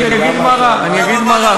אני אגיד מה רע.